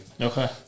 okay